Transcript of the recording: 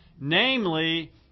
namely